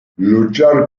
luchar